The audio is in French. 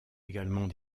également